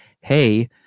Hey